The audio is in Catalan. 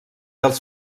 els